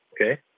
okay